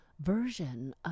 version